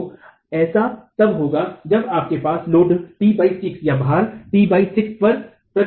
तो ऐसा तब होगा जब आपके पास लोड t 6 पर कृत्य है